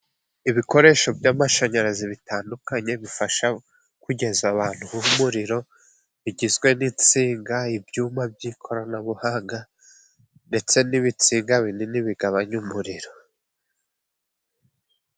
Ibikoresho by'amashanyarazi bitandukanye, bifasha kugeza abantu umuriro, bigizwe n'insinga, ibyuma by'ikoranabuhanga, ndetse n'ibitsiga binini bigabanya umuriro.